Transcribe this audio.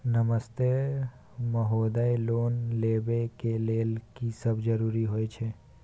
नमस्ते महोदय, लोन लेबै के लेल की सब जरुरी होय छै?